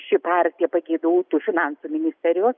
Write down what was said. ši partija pageidautų finansų ministerijos